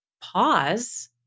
pause